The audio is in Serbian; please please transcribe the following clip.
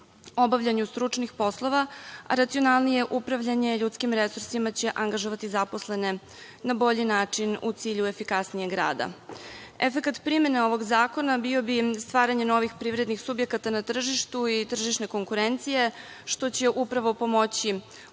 obavljanju stručnih poslova, racionalnije upravljanje ljudskim resursima, angažovanje na bolji način u cilju efikasnijeg rada. Efekat primene ovog zakona bio bi stvaranje novih privrednih subjekata na tržištu i tržišna konkurencija što će upravo pomoći